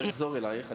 נחזור אלייך,